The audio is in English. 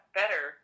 better